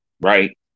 Right